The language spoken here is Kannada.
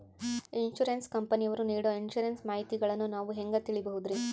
ಇನ್ಸೂರೆನ್ಸ್ ಕಂಪನಿಯವರು ನೇಡೊ ಇನ್ಸುರೆನ್ಸ್ ಮಾಹಿತಿಗಳನ್ನು ನಾವು ಹೆಂಗ ತಿಳಿಬಹುದ್ರಿ?